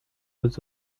aux